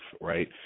right